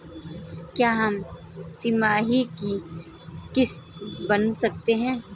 क्या हम तिमाही की किस्त बना सकते हैं?